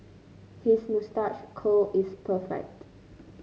his moustache curl is perfect